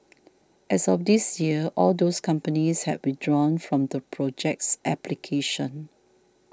as of this year all of those companies had withdrawn from the project's application